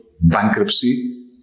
bankruptcy